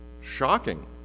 shocking